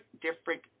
different